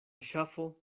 ŝafo